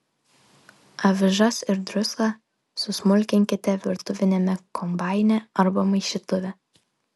avižas ir druską susmulkinkite virtuviniame kombaine arba maišytuve